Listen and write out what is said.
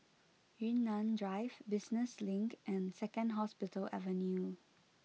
Yunnan Drive Business Link and Second Hospital Avenue